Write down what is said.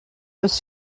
was